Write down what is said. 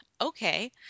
okay